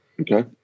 Okay